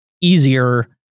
easier